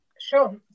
Sure